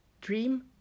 dream